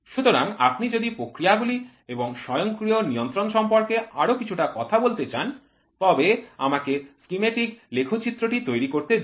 সুতরাং আপনি যদি প্রক্রিয়াগুলি এবং স্বয়ংক্রিয় নিয়ন্ত্রণ সম্পর্কে আরও কিছুটা কথা বলতে চান তবে আমাকে স্কিম্যাটিক লেখচিত্রটি তৈরি করতে দিন